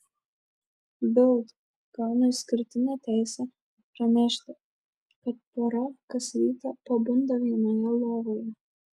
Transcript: bild gauna išskirtinę teisę pranešti kad pora kas rytą pabunda vienoje lovoje